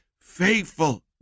faithful